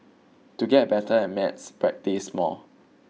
to get better at maths practice more